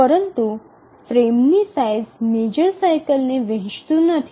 પરંતુ ફ્રેમની size major સાઇકલને વહેંચતું નથી